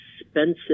expensive